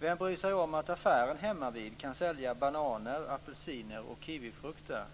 Vem bryr sig om att affären hemmavid kan sälja bananer, apelsiner och kiwifrukter?